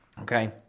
Okay